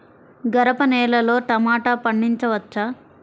గరపనేలలో టమాటా పండించవచ్చా?